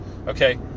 Okay